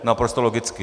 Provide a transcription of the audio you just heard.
Naprosto logicky.